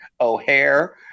O'Hare